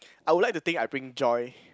I would like to think I bring joy